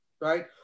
right